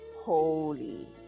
holy